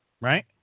right